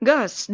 Gus